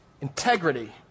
Integrity